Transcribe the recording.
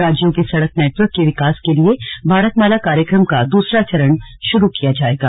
राज्यों के सड़क नेटवर्क के विकास के लिए भारतमाला कार्यक्रम का दूसरा चरण शुरू किया जायेगा